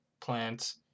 plants